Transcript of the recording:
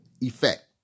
effect